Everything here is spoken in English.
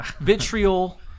vitriol